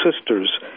sisters